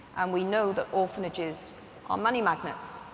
and we know that orphanages are money magnets,